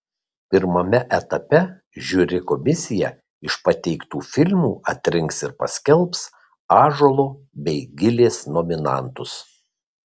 pirmame etape žiuri komisija iš pateiktų filmų atrinks ir paskelbs ąžuolo bei gilės nominantus